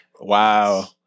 Wow